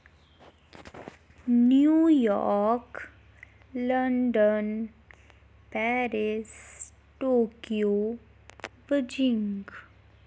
New York London Paris Tokyo Beijing